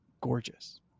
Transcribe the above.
gorgeous